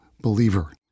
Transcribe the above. believer